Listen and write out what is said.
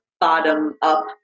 bottom-up